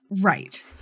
Right